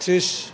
थ्रिस